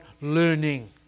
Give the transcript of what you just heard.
learning